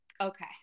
Okay